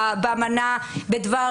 באמנה בדבר